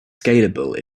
scalable